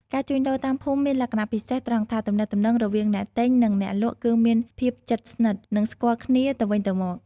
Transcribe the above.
ការជួញដូរតាមភូមិមានលក្ខណៈពិសេសត្រង់ថា ទំនាក់ទំនងរវាងអ្នកទិញ និងអ្នកលក់គឺមានភាពជិតស្និទ្ធ និងស្គាល់គ្នាទៅវិញទៅមក។